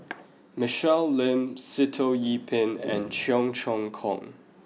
Michelle Lim Sitoh Yih Pin and Cheong Choong Kong